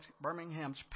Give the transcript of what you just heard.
Birmingham's